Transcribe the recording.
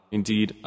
Indeed